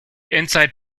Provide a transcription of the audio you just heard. inside